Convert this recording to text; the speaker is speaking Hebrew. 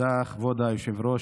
כבוד השרה,